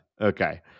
Okay